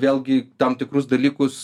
vėlgi tam tikrus dalykus